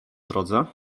drodze